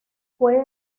fue